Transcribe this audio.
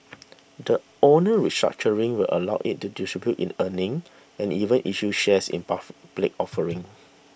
the owner restructuring will allow it to distribute in earnings and even issue shares in offerings